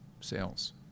sales